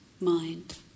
mind